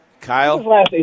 Kyle